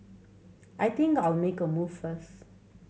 I think I'll make a move first